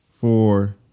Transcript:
four